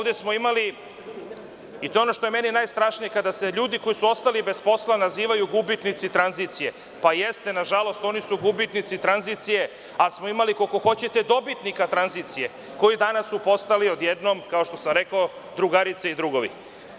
Ovde smo imali i to je ono što je meni najstrašnije kada se ljudi koji su ostali bez posla nazivaju gubitnici tranzicije, pa jeste nažalost oni su gubitnici tranzicije, ali smo imali koliko hoćete dobitnika tranzicije koji su danas postali odjednom kao što sam rekao „drugarice i drugovi“